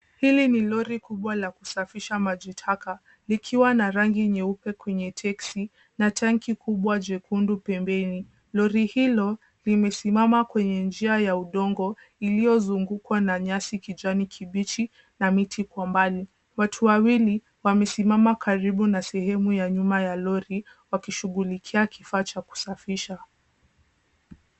Hili ni lori kubwa la kusafisha maji taka likiwa na rangi nyeupe kwenye teksi na tanki kubwa jekundu pembeni. Lori hilo limesimama kwenye njia ya udongo iliyozungukwa na nyasi kijani kibichi na miti kwa mbali. Watu wawili wamesimama karibu na sehemu ya nyuma ya lori wakishughulikia kifaa cha kusafisha.